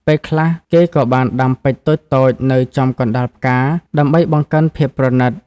ពេលខ្លះគេក៏បានដាំពេជ្រតូចៗនៅចំកណ្តាលផ្កាដើម្បីបង្កើនភាពប្រណីត។